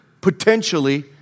potentially